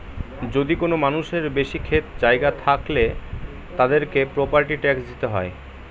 যদি কোনো মানুষের বেশি ক্ষেত জায়গা থাকলে, তাদেরকে প্রপার্টি ট্যাক্স দিতে হয়